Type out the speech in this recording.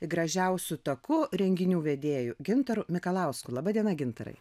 gražiausiu taku renginių vedėju gintaru mikalausku laba diena gintarai